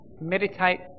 meditate